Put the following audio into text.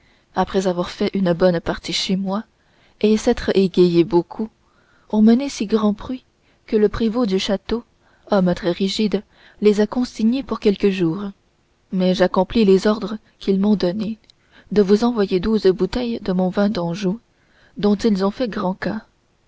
après avoir fait une bonne partie chez moi et s'être égayés beaucoup ont mené si grand bruit que le prévôt du château homme très rigide les a consignés pour quelques jours mais j'accomplis les ordres qu'ils m'ont donnés de vous envoyer douze bouteilles de mon vin d'anjou dont ils ont fait grand cas